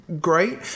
great